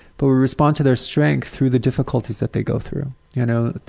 but we respond to their strength through the difficulties that they go through. you know,